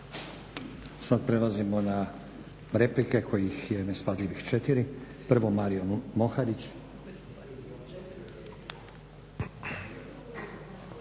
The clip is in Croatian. Sad prelazimo na replike kojih je … 4. Prvo Mario Moharić.